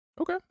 Okay